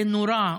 זה נורא.